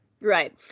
right